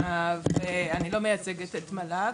אני לא מייצגת את מל"ג,